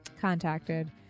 contacted